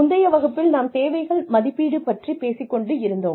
முந்தைய வகுப்பில் நாம் தேவைகள் மதிப்பீடு பற்றிப் பேசிக் கொண்டிருந்தோம்